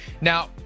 Now